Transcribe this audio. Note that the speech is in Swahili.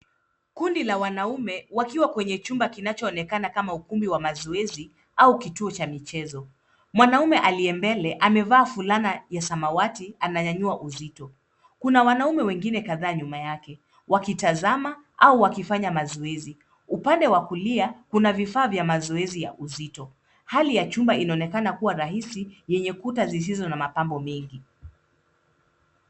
Kundi la wanaume wakiwa kwenye chumba kinachoonekana kama ukumbi wa mazoezi au kituo cha michezo. Mwanamume aliye mbele amevaa fulana ya samawati ananyanyua uzito. Kuna wanaume wengine kadhaa nyuma yake wakitazama au wakifanya mazoezi. Upande wa kulia kuna vifaa vya mazoezi ya uzito. Hali ya chumba inaonekana kuwa rahisi yenye kuta zisizo na mapambo mingi.